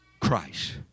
Christ